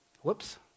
Whoops